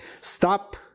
stop